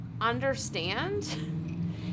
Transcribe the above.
understand